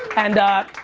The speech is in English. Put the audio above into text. and,